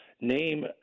Name